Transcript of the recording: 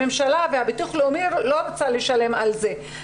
הממשלה וביטוח לאומי לא רוצים לשלם על זה.